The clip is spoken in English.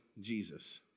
Jesus